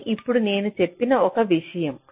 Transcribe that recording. ఇది ఇప్పుడు నేను చెప్పిన ఒక విషయం